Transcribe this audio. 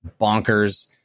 bonkers